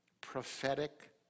prophetic